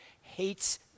hates